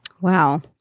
Wow